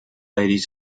lady